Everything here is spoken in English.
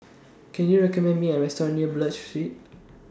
Can YOU recommend Me A Restaurant near Buroh Street